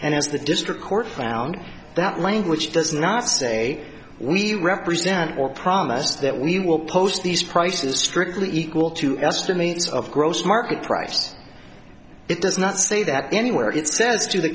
and as the district court found that language does not say we represent or promise that we will post these prices strictly equal to estimates of gross market price it does not say that anywhere it says to the